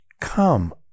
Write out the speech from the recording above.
Come